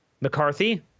McCarthy